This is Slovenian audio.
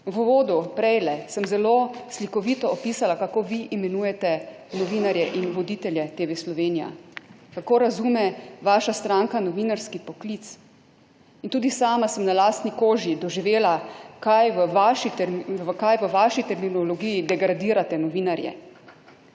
V uvodu sem maloprej zelo slikovito opisala, kako vi imenujete novinarje in voditelje TV Slovenija, kako razume vaša stranka novinarski poklic. Tudi sama sem na lastni koži doživela, kako v svoji terminologiji degradirate novinarje.